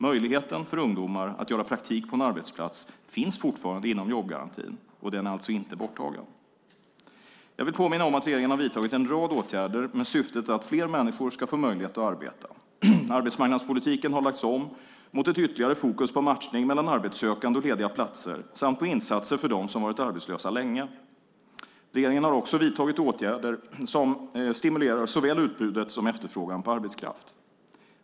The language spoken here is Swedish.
Möjligheten för ungdomar att göra praktik på en arbetsplats finns fortfarande inom jobbgarantin. Den är alltså inte borttagen. Jag vill påminna om att regeringen har vidtagit en rad åtgärder med syftet att fler människor ska få möjlighet att arbeta. Arbetsmarknadspolitiken har lagts om mot tydligare fokus på matchning mellan arbetssökande och lediga platser samt på insatser för dem som varit arbetslösa länge. Regeringen har också vidtagit åtgärder som stimulerar såväl utbudet som efterfrågan på arbetskraft.